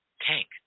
tank